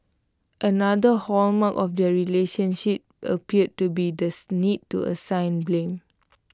another hallmark of their relationship appeared to be the to assign blame